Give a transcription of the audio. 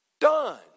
done